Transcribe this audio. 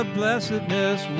blessedness